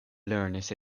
lernis